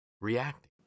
reacting